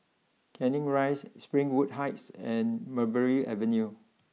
Canning Rise Springwood Heights and Mulberry Avenue